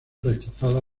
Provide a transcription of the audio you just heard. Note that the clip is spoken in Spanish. rechazada